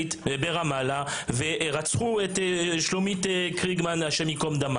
ברמאללה ורצחו את שלומית קריגמן הי"ד.